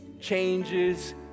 changes